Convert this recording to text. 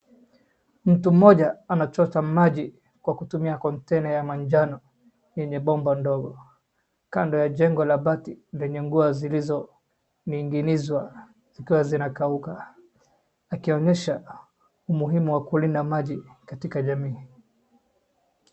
Mtu mmoja anachota maji kwa kutumia [cs[ container ya manjano yenye bomba ndogo, kando ya jengo la bati lenye nguo zilizoninginizwa zikiwa zinakauka, akionyesha umuhimu wa kulinda maji katika jamii.